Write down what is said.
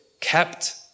kept